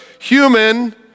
human